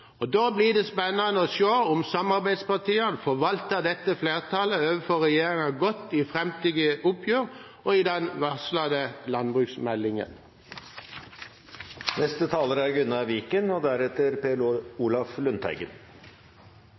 retning. Da blir det spennende å se om samarbeidspartiene forvalter dette flertallet overfor regjeringen godt i framtidige oppgjør og i den varslede landbruksmeldingen. Det føles godt for en Høyre-representant fra landbruksfylket Nord-Trøndelag at det er